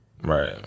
Right